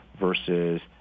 versus